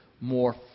more